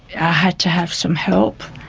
i had to have some help,